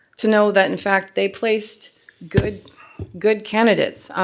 to know that, in fact, they placed good good candidates.